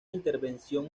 intervención